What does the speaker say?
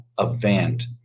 event